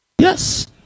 Yes